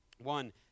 One